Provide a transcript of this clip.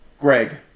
Greg